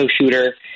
shooter